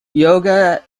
yoga